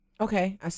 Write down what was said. Okay